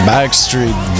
Backstreet